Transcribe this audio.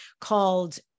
called